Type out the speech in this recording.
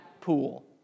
pool